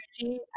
energy